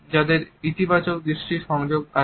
যাদের ইতিবাচক দৃষ্টি সংযোগ আছে